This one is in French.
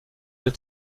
des